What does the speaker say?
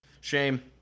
Shame